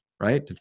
Right